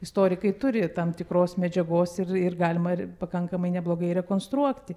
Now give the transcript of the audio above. istorikai turi tam tikros medžiagos ir ir galima ir pakankamai neblogai rekonstruoti